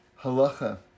halacha